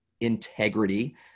integrity